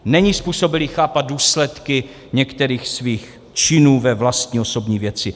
Není způsobilý chápat důsledky některých svých činů ve vlastní osobní věci.